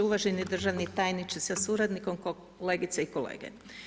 Uvaženi državni tajniče sa suradnikom, kolegice i kolege.